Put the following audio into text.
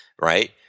right